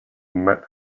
met